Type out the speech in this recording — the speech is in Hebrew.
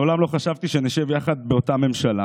מעולם לא חשבתי שנשב ביחד באותה ממשלה